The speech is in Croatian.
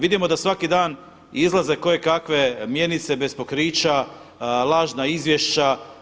Vidimo da svaki dan izlaze kojekakve mjenice bez pokrića, lažna izvješća.